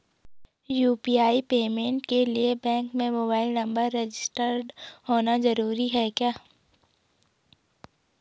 UPI payment के लिए bank में मोबाइल नंबर रजिस्टर्ड होना जरूरी है क्या?